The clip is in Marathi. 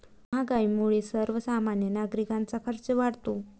महागाईमुळे सर्वसामान्य नागरिकांचा खर्च वाढतो